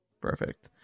Perfect